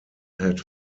had